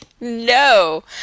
no